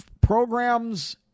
programs